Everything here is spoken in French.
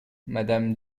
madame